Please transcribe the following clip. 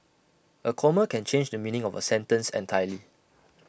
A comma can change the meaning of A sentence entirely